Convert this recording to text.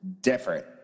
different